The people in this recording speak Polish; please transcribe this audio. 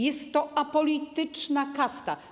Jest to apolityczna kasta.